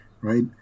right